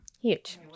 Huge